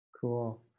Cool